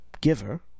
giver